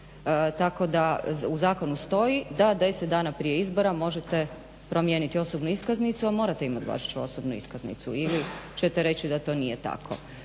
Tako da u zakonu stoji da 10 dana prije izbora možete promijeniti osobnu iskaznicu jer morate imat baš osobnu iskaznicu ili ćete reći da to nije tako.